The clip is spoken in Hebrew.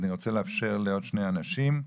אני רוצה לאפשר לעוד שני אנשים.